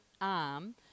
arm